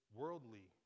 worldly